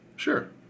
Sure